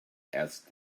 asked